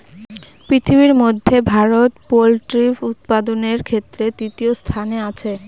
পৃথিবীর মধ্যে ভারত পোল্ট্রি উৎপাদনের ক্ষেত্রে তৃতীয় স্থানে আছে